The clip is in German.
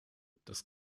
das